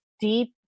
deep